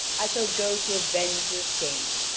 i shall go to avenge your shame.